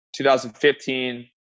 2015